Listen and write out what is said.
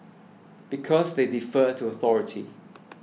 because they defer to a authority